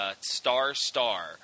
star-star